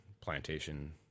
plantation